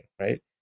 right